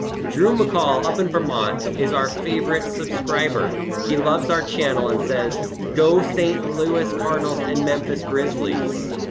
drew mccall up in vermont is our favorite subscriber he loves our channel and says, go st. louis cardinals and memphis grizzlies.